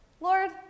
Lord